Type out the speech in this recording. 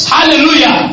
Hallelujah